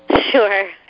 Sure